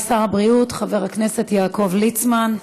תודה רבה לשר הבריאות חבר הכנסת יעקב ליצמן.